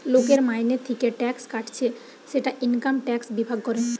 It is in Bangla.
লোকের মাইনে থিকে ট্যাক্স কাটছে সেটা ইনকাম ট্যাক্স বিভাগ করে